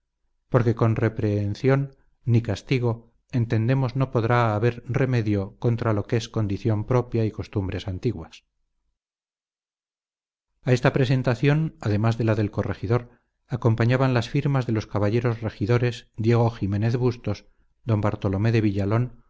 porque con rreprehencion ni castigo entendemos no podrá auer rremedio contra lo ques condiion propia y costumbres antiguas a esta representación además de la del corregidor acompañaban las firmas de los caballeros regidores diego ximenez bustos don bartolomé de villalón